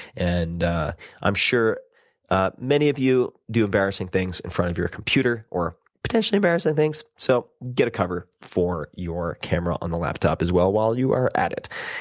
and i'm sure ah many of you do embarrassing things in front of your computer or potentially embarrassing things so get a cover for your camera on the laptop as well while you are at it.